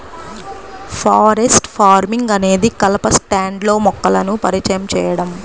forest farming అనేది కలప స్టాండ్లో మొక్కలను పరిచయం చేయడం